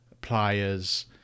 pliers